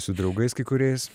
su draugais kai kuriais